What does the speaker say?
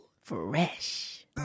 Fresh